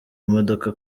imodoka